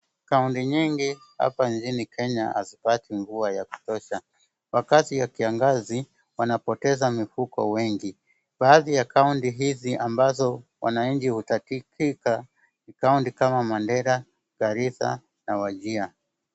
Kaunti nyingi hapa nchini Kenya hazipati mvua ya kutosha , wakati wa kiangazi, wanapoteza mifugo wengi. Baadhi ya kaunti hizi ambazo wananchi hutaabika ni kaunti kama Mandera, Garissa na Wajir.